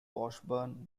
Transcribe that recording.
washburn